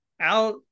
out